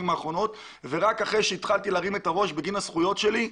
האחרונות ורק אחרי שהתחלתי להרים את הראש בגין הזכויות שלי,